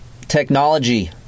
Technology